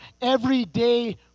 everyday